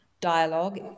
dialogue